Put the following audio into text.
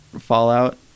Fallout